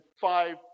five